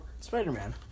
Spider-Man